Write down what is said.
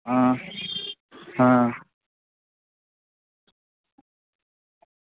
आं आं